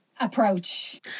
Approach